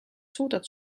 suudad